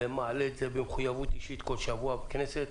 ואתה מעלה את זה במחויבות אישית כל שבוע בכנסת.